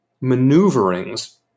maneuverings